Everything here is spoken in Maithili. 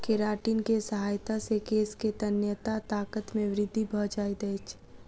केरातिन के सहायता से केश के तन्यता ताकत मे वृद्धि भ जाइत अछि